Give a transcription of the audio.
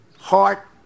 heart